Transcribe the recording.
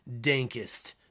dankest